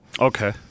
Okay